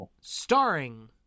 Starring